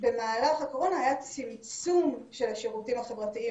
במהלך הקורונה היה צמצום של השירותים החברתיים